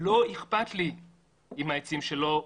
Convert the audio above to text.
לא אכפת לי אם העצים שלו יבשים.